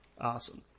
Awesome